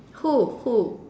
who who